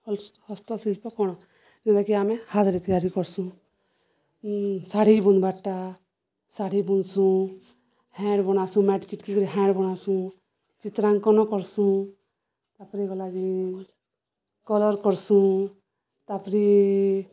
ହ ହସ୍ତଶିଳ୍ପ କ'ଣ ଯେନ୍ତାକି ଆମେ ହାାତରେ ତିଆରି କର୍ସୁଁ ଶାଢ଼ୀ ବୁନବାରଟା ଶାଢ଼ୀ ବୁନସୁଁ ବନାସୁଁ ଚିତ୍ରାଙ୍କନ କର୍ସୁଁ ତାପରେ ଗଲା ଯେ କଲର୍ କର୍ସୁଁ ତାପରେ